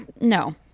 no